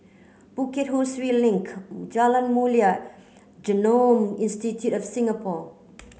Bukit Ho Swee Link Jalan Mulia Genome Institute of Singapore